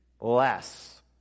less